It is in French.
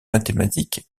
mathématique